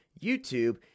YouTube